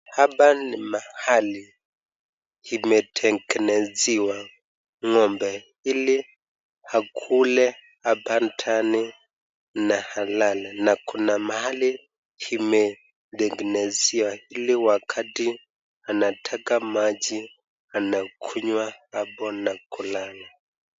Hapa ni mahali imetegenezewa ng'ombe ili akule hapa ndani na alale na kuna mahali imetegenezewa ili wakati anataka maji anakunywa hapo na kulala.